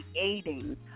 creating